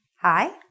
Hi